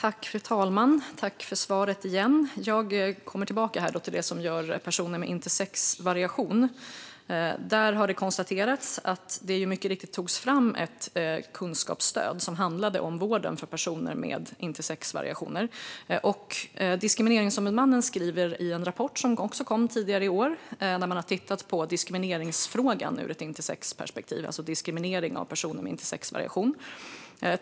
Fru talman! Jag tackar igen för svaret. Jag kommer här tillbaka till det som rör personer med intersexvariation. Det har konstaterats att det mycket riktigt togs fram ett kunskapsstöd som handlade om vården för personer med intersexvariationer. Diskrimineringsombudsmannen har tittat på diskrimineringsfrågan ur ett intersexvariationsperspektiv - det handlar alltså om diskriminering av personer med intersexvariation.